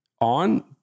on